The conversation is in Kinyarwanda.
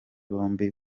bombi